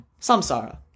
samsara